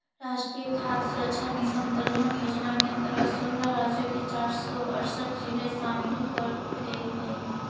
राष्ट्रीय खाद्य सुरक्षा मिशन दलहन योजना के अंतर्गत सोलह राज्यों के चार सौ अरसठ जिले शामिल करल गईल हई